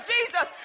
Jesus